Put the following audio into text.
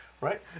right